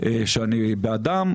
שאני בעדם,